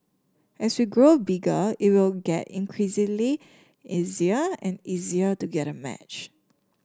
as we grow bigger it will get increasingly easier and easier to get a match